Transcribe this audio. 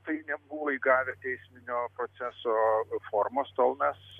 tai nebuvo įgavę teisminio proceso formos tol mes